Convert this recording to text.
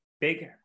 Big